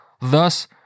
Thus